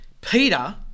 Peter